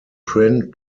print